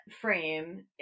frame